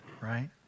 right